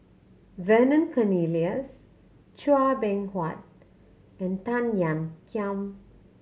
Vernon Cornelius Chua Beng Huat and Tan Ean Kiam